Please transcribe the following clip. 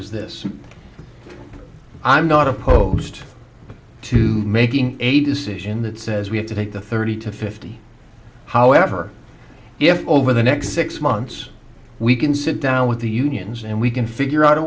leasers this i'm not opposed to making a decision that says we have to take the thirty to fifty however if over the next six months we can sit down with the unions and we can figure out a